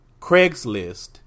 Craigslist